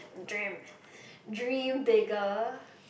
dream dream bigger